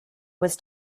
was